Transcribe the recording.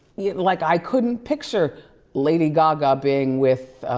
yeah like i couldn't picture lady gaga being with,